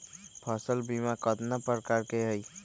फसल बीमा कतना प्रकार के हई?